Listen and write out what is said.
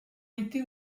été